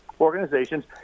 organizations